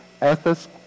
ethics